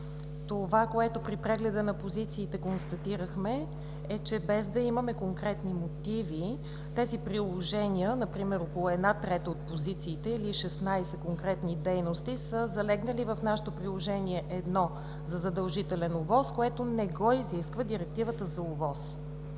констатирахме при прегледа на позициите, е, че без да имаме конкретни мотиви, тези приложения – например около една трета от позициите или 16 конкретни дейности, са залегнали в нашето Приложение 1 за задължителен ОВОС, което не го изисква Директивата за ОВОС.